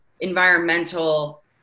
environmental